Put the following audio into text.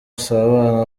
asabana